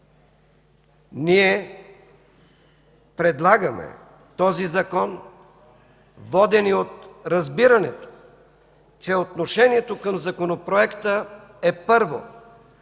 Ние предлагаме този Закон, водени от разбирането, че отношението към Законопроекта е, първо,